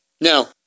Now